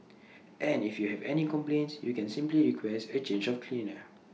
and if you have any complaints you can simply request A change of cleaner